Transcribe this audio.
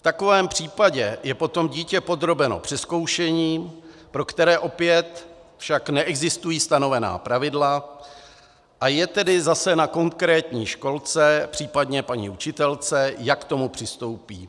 V takovém případě je potom dítě podrobeno přezkoušení, pro které opět však neexistují stanovená pravidla, a je tedy zase na konkrétní školce, případně paní učitelce, jak k tomu přistoupí.